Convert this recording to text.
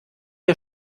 der